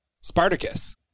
Spartacus